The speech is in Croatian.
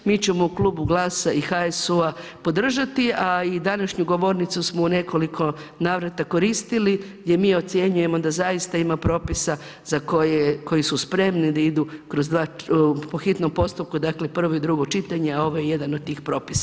Mi ćemo u klubu GLAS-a i HSU-a podržati, a i današnju govornicu smo u nekoliko navrata koristili, gdje mi ocjenjujemo da zaista ima propisa koji su spremni da idu po hitnom postupku, dakle prvo i drugo čitanje a ovo je jedan od tih propisa.